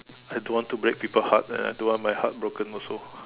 I don't want to break people heart and I don't want my heart broken also